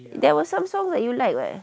there were some songs that you like [what]